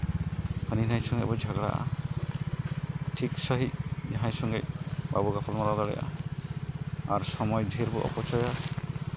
ᱦᱟᱹᱱᱤ ᱱᱟᱹᱭ ᱥᱚᱸᱜᱮ ᱵᱚᱱ ᱡᱷᱚᱜᱽᱲᱟᱜᱼᱟ ᱴᱷᱤᱠ ᱥᱟᱺᱦᱤᱡ ᱡᱟᱦᱟᱸᱭ ᱥᱚᱸᱜᱮ ᱵᱟᱵᱚ ᱜᱟᱯᱟᱞᱢᱟᱨᱟᱣ ᱫᱟᱲᱮᱭᱟᱜᱼᱟ ᱟᱨ ᱥᱚᱢᱚᱭ ᱰᱷᱮᱨ ᱵᱚ ᱚᱯᱚᱪᱚᱭᱟ